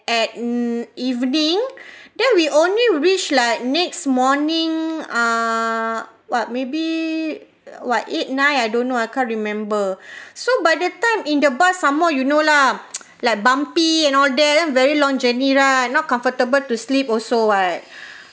at mm evening then we only reached like next morning ah what maybe at what eight nine I don't know I can't remember so by the time in the bus some more you know lah like bumpy and all that and very long journey right not comfortable to sleep also what